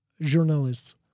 journalists